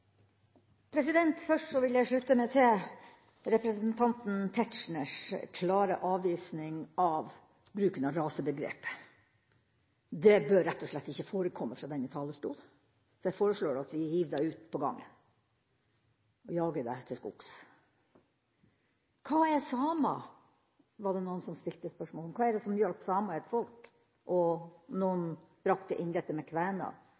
President – jeg tegner meg på nytt. Først vil jeg slutte meg til representanten Tetzschners klare avvisning av bruken av rasebegrepet. Det bør rett og slett ikke forekomme fra denne talerstolen. Jeg foreslår at vi hiver det ut på gangen og jager det til skogs. Hva er samer? Det var det noen som stilte spørsmål om. Hva er det som gjør at samer er et folk? Noen brakte inn dette med kvener.